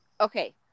okay